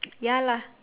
ya lah